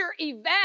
event